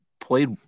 played